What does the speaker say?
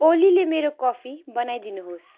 ओलीले मेरो कफी बनाइदिनुहोस्